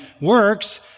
works